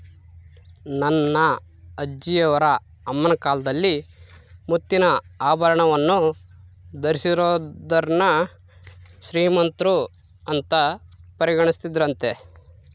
ನನ್ನ ಅಜ್ಜಿಯವರ ಅಮ್ಮನ ಕಾಲದಲ್ಲಿ ಮುತ್ತಿನ ಆಭರಣವನ್ನು ಧರಿಸಿದೋರ್ನ ಶ್ರೀಮಂತರಂತ ಪರಿಗಣಿಸುತ್ತಿದ್ದರಂತೆ